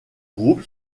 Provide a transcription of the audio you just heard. groupe